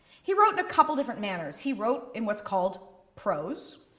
he wrote in a couple of different manners, he wrote in what's called prose.